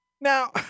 Now